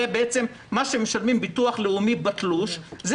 הרי בעצם מה שמשלם הביטוח הלאומי בתלוש זה